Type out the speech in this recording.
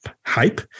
hype